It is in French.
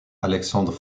alexandre